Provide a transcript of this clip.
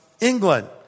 England